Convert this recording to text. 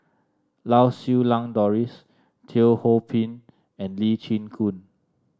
Lau Siew Lang Doris Teo Ho Pin and Lee Chin Koon